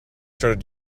started